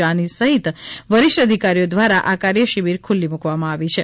જાની સહિત વરિષ્ઠ અધિકારીઓ દ્વારા આ કાર્યશિબિર ખુલ્લી મુકવામાં આવી છે